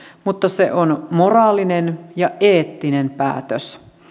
mutta se on moraalinen ja eettinen päätös